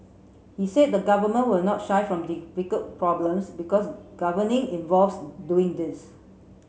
he said the government will not shy from difficult problems because governing involves doing these